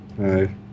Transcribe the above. hi